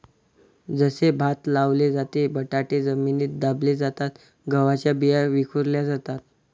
जसे भात लावले जाते, बटाटे जमिनीत दाबले जातात, गव्हाच्या बिया विखुरल्या जातात